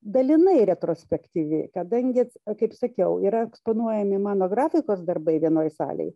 dalinai retrospektyvi kadangi kaip sakiau yra eksponuojami mano grafikos darbai vienoj salėj